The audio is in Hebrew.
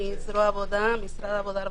נציגת משרד העבודה והרווחה,